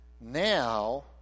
Now